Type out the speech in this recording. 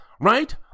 right